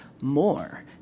more